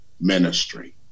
ministry